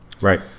Right